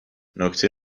نکته